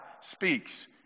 speaks